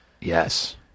Yes